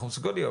אנחנו מסוגלים,